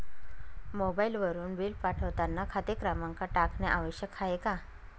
मोबाईलवरून बिल पाठवताना खाते क्रमांक टाकणे आवश्यक आहे का?